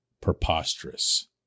preposterous